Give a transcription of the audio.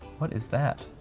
what is that?